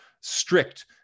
strict